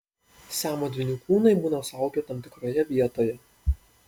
siamo dvynių kūnai būna suaugę tam tikroje vietoje